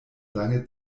lange